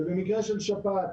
ובמקרה של שפעת,